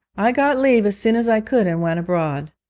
i got leave as soon as i could and went abroad.